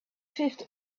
fifth